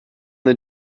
the